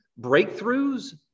breakthroughs